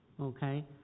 okay